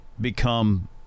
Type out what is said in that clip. become